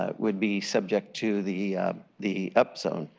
ah would be subject to the the up zone.